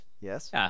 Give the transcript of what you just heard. Yes